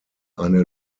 eine